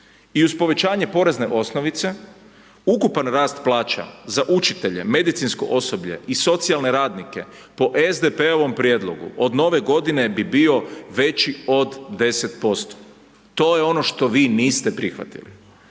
I uz povećanje porezne osnovice ukupan rast plaća za učitelje, medicinsko osoblje i socijalne radnike po SDP-ovom prijedlogu od nove godine bi bio veći od 10%, to je ono što vi niste prihvatili.